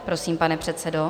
Prosím, pane předsedo.